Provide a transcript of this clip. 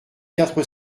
quatre